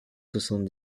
soixante